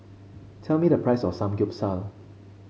tell me the price of Samgyeopsal